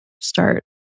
start